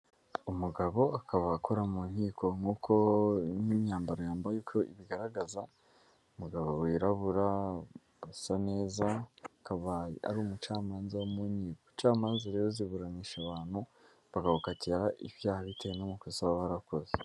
umugabo akaba akora mu nkiko nkuko n'imyambaro yambaye ibigaragaza umugabo wirabura usa neza akaba ari umucamanza wo mu nkiko, ubucamanza rero ziburanisha abantu bakagukatira icyaha bitewe n'amakosa uba wakoze.